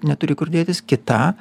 neturi kur dėtis kita